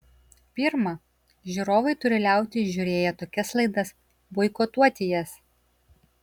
pirma žiūrovai turi liautis žiūrėję tokias laidas boikotuoti jas